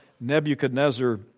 Nebuchadnezzar